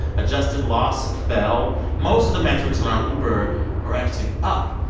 adjusted loss fell. most of the metrics around uber are actually up.